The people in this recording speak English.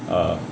err